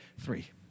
three